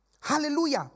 Hallelujah